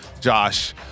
Josh